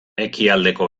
ekialdeko